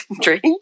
drink